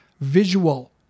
visual